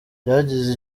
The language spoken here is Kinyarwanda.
ryagize